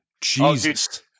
Jesus